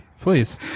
Please